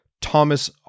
Thomas